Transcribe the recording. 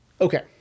okay